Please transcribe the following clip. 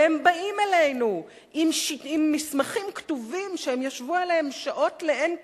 והם באים אלינו עם מסמכים כתובים שהם ישבו עליהם שעות לאין קץ,